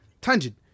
Tangent